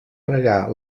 fregar